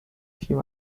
few